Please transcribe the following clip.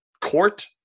Court